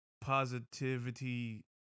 positivity